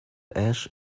ash